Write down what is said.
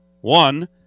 one